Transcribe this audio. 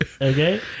Okay